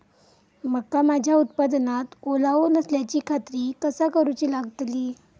मका माझ्या उत्पादनात ओलावो नसल्याची खात्री कसा करुची लागतली?